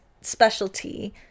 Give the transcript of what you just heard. specialty